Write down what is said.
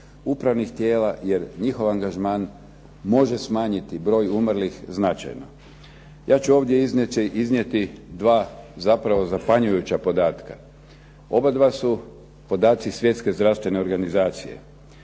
upravnih tijela jer njihov angažman može smanjiti broj umrlih značajno. Ja ću ovdje iznijeti dva zapravo zapanjujuća podatka, oba dva su podaci Svjetske zdravstvene organizacije